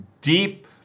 deep